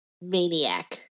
maniac